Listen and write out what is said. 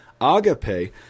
Agape